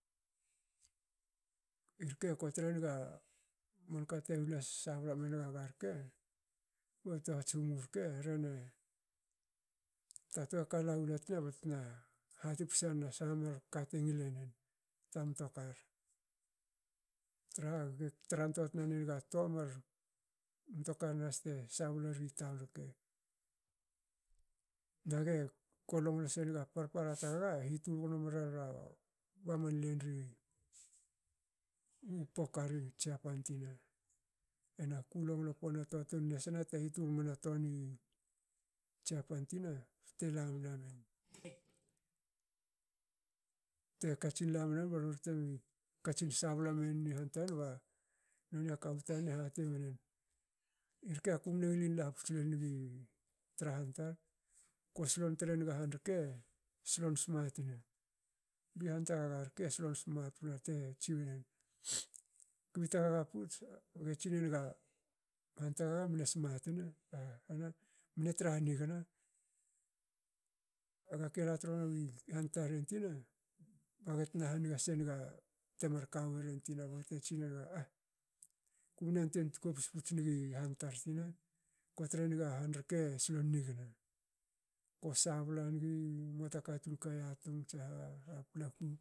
Irke kotre naga manka te hula sabla mengaga rke bu tohats umu rke rhene ta toa ka laola tina betna hati psana sha mar kate ngilenen ta mtokar traha ge tra toa tna nenga toa mar mtokar nahas te sabla ri taun rke. nage ko longlo senge parpara tgaga hitul gnomrera ba man len ri u poka ri jiapan tina. Hena ku longlo poni a toa tun nesna te hitul mena toa ni jiapan tina bte lame namen te katsin la menamen ba nontme katsin sabla menen i han tanen ba nonia kawu tanen e hati menen. irke aku mne ngilin laputs lol nig tra han tar- ko sben tuinenga han rke solon smat ne. bi han tgaga rke solon smat ne te tsiniyen. kbi tgaga puts ko tsinenga han tgaga mne smat ne mne tra hanigna. Aga ke la trohla i han taren tina baga tna haniga senaga temar ka weren tina baga te tsinenaga,"ah kumne yantuei tkopsi puts nigi han tar tina. kue trenaga han reke solon nigna."ko sabla nigi muata katun ka yatung tsaha paplaku